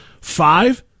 Five